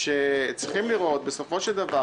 שצריכים לראות בסופו של דבר,